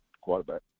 quarterback